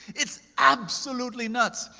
it's absolutely nuts!